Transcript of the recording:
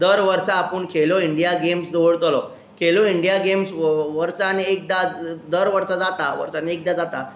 दर वर्सां आपूण खेलो इंडिया गेम्स दवरतलो खेलो इंडिया गेम्स वर्सान एकदां दर वर्सा जाता वर्सान एकदां जाता